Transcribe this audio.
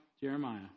Jeremiah